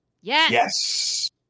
Yes